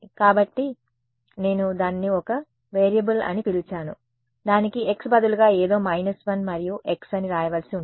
కాబట్టి నేను దానిని ఒక వేరియబుల్ అని పిలిచాను దానికి x బదులుగా ఏదో మైనస్ 1 మరియు x అని వ్రాయవలసి ఉంటుంది